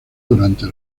durante